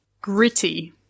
Gritty